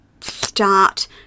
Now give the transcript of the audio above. start